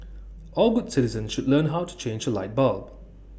all good citizens should learn how to change A light bulb